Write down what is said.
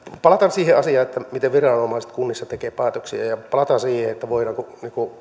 palataan siihen asiaan miten viranomaiset kunnissa tekevät päätöksiä ja palataan siihen voidaanko